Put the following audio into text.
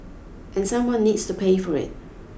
and someone needs to pay for it